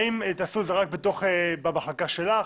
האם תעשו את זה רק במחלקה שלך?